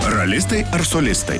ralistai ar solistai